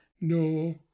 No